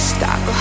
Stop